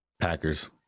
Packers